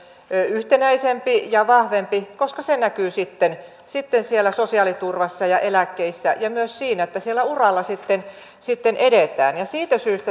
yhtenäisempi ja vahvempi koska se näkyy sitten sitten sosiaaliturvassa ja eläkkeissä ja myös siinä että uralla sitten sitten edetään